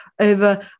Over